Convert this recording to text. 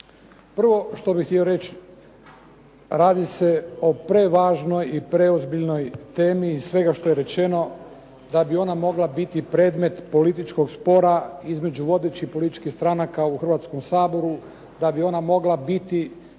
Prvo što bih htio reći, radi se o prevažnoj i preozbiljnoj temi iz svega što je rečeno da bi ona mogla biti predmet političkog spora između vodećih političkih stranaka u Hrvatskom saboru, da bi ona mogla biti